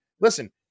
listen